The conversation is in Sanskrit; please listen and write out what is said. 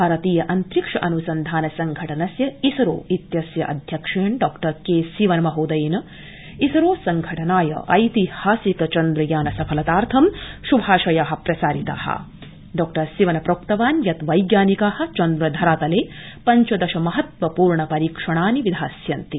भारतीय अन्तरिक्ष अन्सन्धान संघटनस्य इसरो इत्यस्य अध्यक्षेण डॉ के सिवन महोदयेन इसरो संघटनाय ऐतिहासिक चन्द्रयान सफलतार्थ श्भाशया प्रसारिता डॉ सिवन प्रोक्तवान यत वैज्ञानिका चन्द्र धरातले पंचदश महत्त्वपूर्ण परीक्षणानि विधास्यन्ति